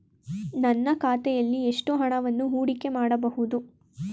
ನನ್ನ ಖಾತೆಯಲ್ಲಿ ಎಷ್ಟು ಹಣವನ್ನು ಹೂಡಿಕೆ ಮಾಡಬಹುದು?